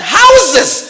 houses